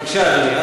בבקשה, אדוני.